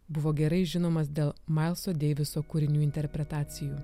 buvo gerai žinomas dėl mailso deiviso kūrinių interpretacijų